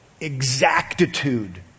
Exactitude